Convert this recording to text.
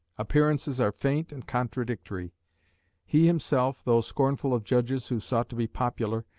appearances are faint and contradictory he himself, though scornful of judges who sought to be popular,